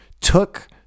took